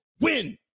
win